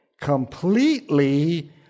completely